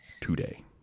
today